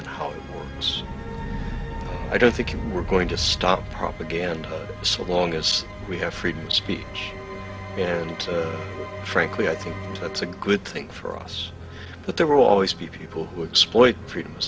is i don't think we're going to stop propaganda so long as we have freedom of speech and frankly i think that's a good thing for us but there will always be people who are exploiting freedom of